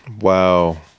Wow